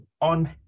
on